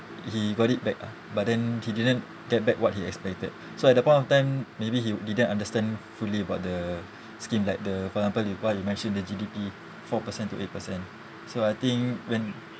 he got it back ah but then he didn't get back what he expected so at that point of time maybe he didn't understand fully about the scheme like the for example you what you mention the G_D_P four percent to eight percent so I think when